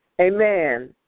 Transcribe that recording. Amen